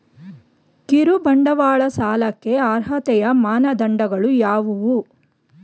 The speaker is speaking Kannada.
ಕಿರುಬಂಡವಾಳ ಸಾಲಕ್ಕೆ ಅರ್ಹತೆಯ ಮಾನದಂಡಗಳು ಯಾವುವು?